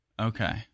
Okay